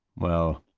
well